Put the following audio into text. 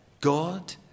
God